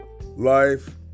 life